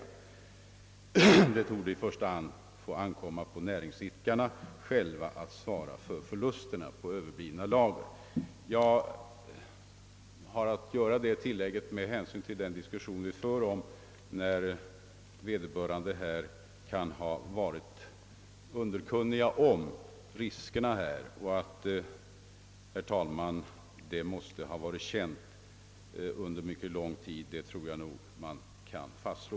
Han underströk att det i första hand fick ankomma på näringsidkarna själva att svara för förlusterna på överblivna lager. Jag vill göra detta tillägg med hänsyn till den diskussion vi för om när vederbörande kan ha varit underkunniga om riskerna härvidlag. Att dessa varit kända under mycket lång tid, tror jag nog att man med fog kan fastslå.